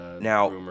Now